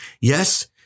Yes